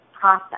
process